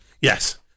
Yes